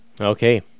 Okay